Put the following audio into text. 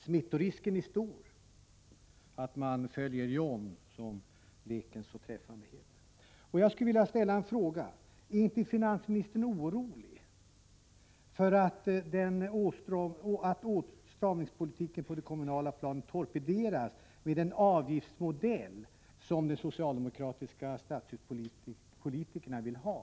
Smittorisken är stor, och det kan bli så att man börjar ”följa John”, som leken så träffande kallas. Jag skulle vilja ställa en fråga: Är inte finansministern orolig för att åtstramningspolitiken på det kommunala planet torpederas av den avgiftsmodell som de socialdemokratiska stadshuspolitikerna vill ha?